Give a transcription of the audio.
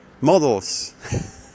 models